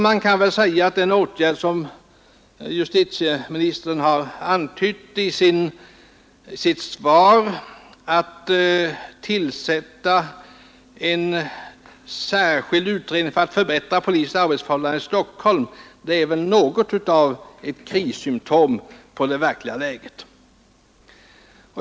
Man kan säga att den åtgärd som justitieministern har antytt i sitt svar, nämligen tillsättandet av en särskild utredning för att förbättra polisens arbetsförhållanden i Stockholm, är något av ett krissymptom för det verkliga läget.